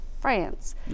France